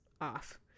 off